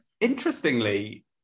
interestingly